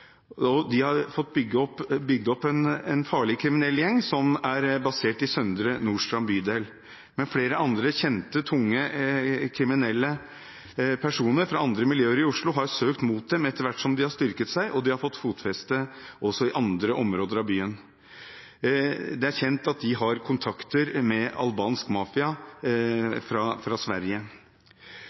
De har fått bygd opp en farlig kriminell gjeng, som er basert i Søndre Nordstrand bydel. Men flere andre kjente, tungt kriminelle personer fra andre miljøer i Oslo, har søkt mot dem etter hvert som de har styrket seg, og de har fått fotfeste også i andre områder av byen. Det er kjent at de har kontakter med albansk mafia fra Sverige.